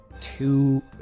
Two